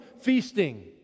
feasting